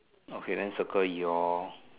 okay then circle your